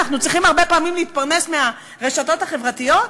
אנחנו צריכים הרבה פעמים להתפרנס מהרשתות החברתיות.